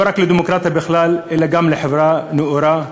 לא רק לדמוקרטיה בכלל אלא גם לחברה נאורה,